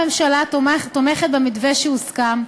הממשלה תומכת במתווה שהוסכם,